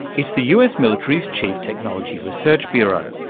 it's the us military's chief technology research bureau.